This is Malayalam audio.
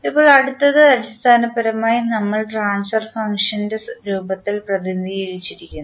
ഇപ്പോൾ അടുത്തത് അടിസ്ഥാനപരമായി നമ്മൾ ട്രാൻസ്ഫർ ഫംഗ്ഷൻറെ രൂപത്തിൽ പ്രതിനിധീകരിച്ചിരിക്കുന്നു